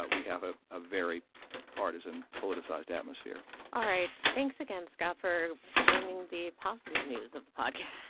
but we have a ah very partisan, politicized atmosphere all right. thanks again, scott, for bringing the positive news of the podcast